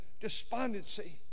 despondency